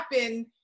happen